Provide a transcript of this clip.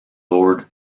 lord